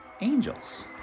angels